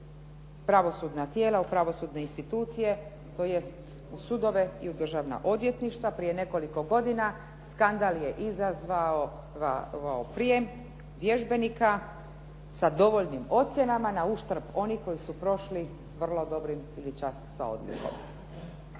u pravosudna tijela, pravosudne institucije tj. u sudove i u državna odvjetništva prije nekoliko godina skandal je izazvao prijem vježbenika sa dovoljnim ocjenama na uštrb onih koji su prošli s vrlo dobrim ili čak sa odlikom.